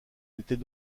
n’était